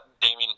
damien